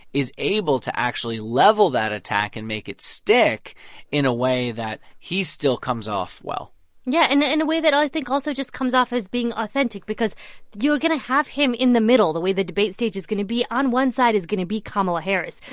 is able to actually level that attack and make it stick in a way that he still comes off well yeah and in a way that, i think, also just comes off as being authentic because you are going to have him in the middle. the way the debate stage is going to be, on one side is going to be kamala harris,